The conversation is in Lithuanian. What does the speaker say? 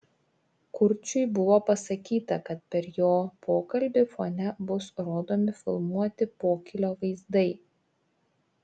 kurčiui buvo pasakyta kad per jo pokalbį fone bus rodomi filmuoti pokylio vaizdai